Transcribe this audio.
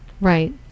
Right